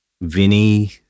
Vinny